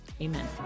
Amen